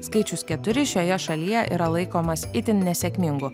skaičius keturi šioje šalyje yra laikomas itin nesėkmingu